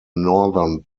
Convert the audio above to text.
northern